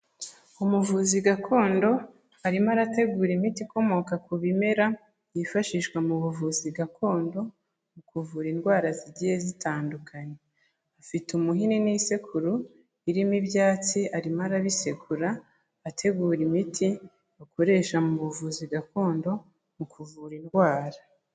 Umuvuzi gakondo arimo arategura imiti ikomoka ku bimera byifashishwa mu buvuzi gakondo mu kuvura indwara zigiye zitandukanye, afite umuhini n'isekuru irimo ibyatsi arimo arabisekura, ategura imiti akoresha mu buvuzi gakondo mu kuvura indwara.